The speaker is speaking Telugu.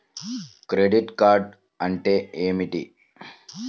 క్రెడిట్ కార్డ్ అంటే ఏమిటి?